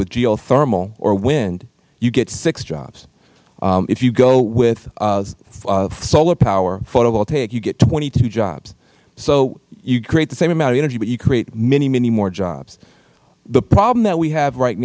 with geothermal or wind you get six jobs if you go with solar power photovoltaic you get twenty two jobs so you create the same amount of energy but you create many many more jobs the problem that we have right